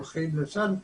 למשל,